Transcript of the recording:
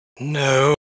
No